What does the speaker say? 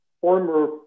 former